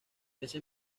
ese